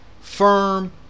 firm